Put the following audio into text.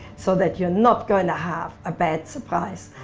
so that you're not going to have a bad surprise,